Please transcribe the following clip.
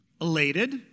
Elated